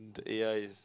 the a_i is